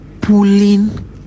pulling